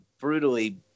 brutally